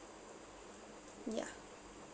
yeah